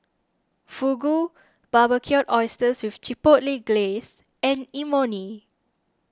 Fugu Barbecued Oysters with Chipotle Glaze and Imoni